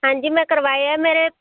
ਹਾਂਜੀ ਮੈਂ ਕਰਵਾਏ ਆ ਮੇਰੇ